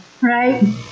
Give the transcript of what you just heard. Right